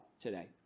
today